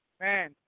Man